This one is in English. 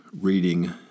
reading